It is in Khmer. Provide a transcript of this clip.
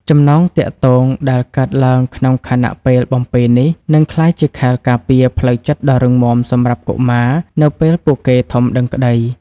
ចំណងទាក់ទងដែលកើតឡើងក្នុងខណៈពេលបំពេនេះ នឹងក្លាយជាខែលការពារផ្លូវចិត្តដ៏រឹងមាំសម្រាប់កុមារនៅពេលពួកគេធំដឹងក្តី